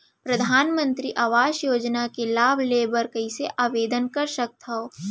परधानमंतरी आवास योजना के लाभ ले बर कइसे आवेदन कर सकथव?